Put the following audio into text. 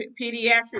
pediatric